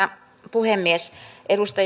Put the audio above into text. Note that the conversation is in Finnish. puhemies edustaja